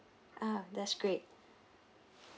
ah that's great